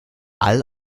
all